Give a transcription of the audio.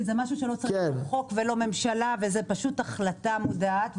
כי זה משהו שלא צריך חוק ולא צריך ממשלה וזה פשוט החלטה מודעת,